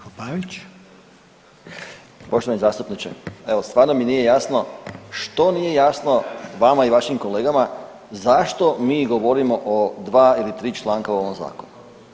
Poštovani zastupniče, evo stvarno mi nije jasno što nije jasno vama i vašim kolegama zašto mi govorimo o dva ili tri članka u ovom zakonu.